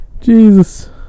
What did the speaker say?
Jesus